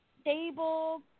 stable